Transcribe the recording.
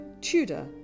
Tudor